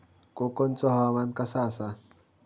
कोकनचो हवामान कसा आसा?